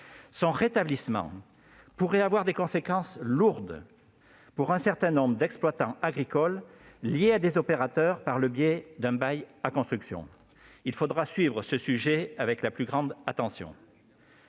Son rétablissement pourrait avoir des conséquences lourdes pour un certain nombre d'exploitants agricoles liés à des opérateurs par le biais d'un bail à construction. Il faudra suivre ce sujet avec la plus grande attention.